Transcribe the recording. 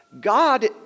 God